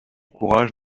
courage